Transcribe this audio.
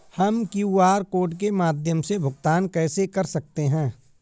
हम QR code के माध्यम से भुगतान कैसे कर सकते हैं?